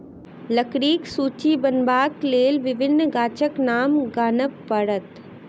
लकड़ीक सूची बनयबाक लेल विभिन्न गाछक नाम गनाब पड़त